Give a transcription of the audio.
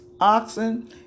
oxen